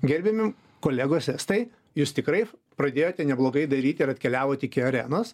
gerbiami kolegos estai jūs tikrai pradėjote neblogai daryti ir atkeliavot iki arenos